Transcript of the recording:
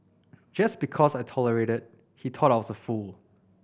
just because I tolerated he thought I was a fool